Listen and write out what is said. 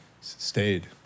stayed